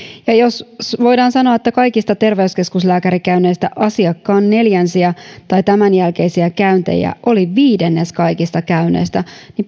jos voidaan sanoa että kaikista terveyskeskuslääkärikäynneistä asiakkaan neljänsiä tai tämän jälkeisiä käyntejä oli viidennes kaikista käynneistä